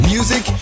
Music